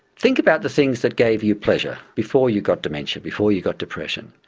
think about the things that gave you pleasure before you got dementia, before you got depression.